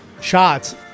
shots